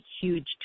huge